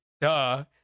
Duh